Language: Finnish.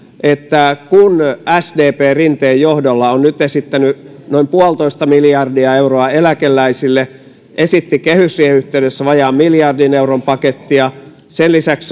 kun sdp rinteen johdolla on nyt esittänyt noin yksi pilkku viisi miljardia euroa eläkeläisille esitti kehysriihen yhteydessä vajaan miljardin euron pakettia sen lisäksi